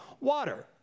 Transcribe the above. water